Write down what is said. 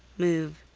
move,